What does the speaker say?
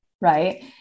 Right